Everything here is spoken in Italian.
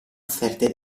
offerte